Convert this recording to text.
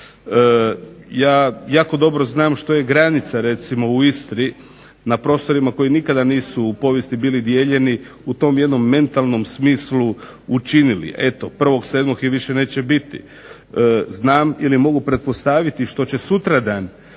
Ja jako dobro znam što je granica, recimo u Istri na prostorima koji nikada nisu u povijesti bili dijeljeni u tom jednom mentalnom smislu učinili. Eto, 1.07. je više neće biti. Znam ili mogu pretpostaviti što će sutradan